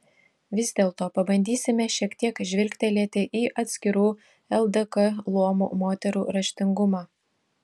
vis dėlto pabandysime šiek tiek žvilgtelėti į atskirų ldk luomų moterų raštingumą